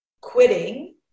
quitting